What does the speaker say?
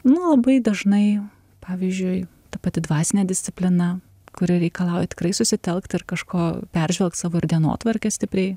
nu labai dažnai pavyzdžiui ta pati dvasinė disciplina kuri reikalauja tikrai susitelkt ir kažko peržvelgt savo ir dienotvarkę stipriai